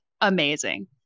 amazing